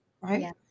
right